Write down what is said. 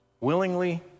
Willingly